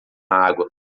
água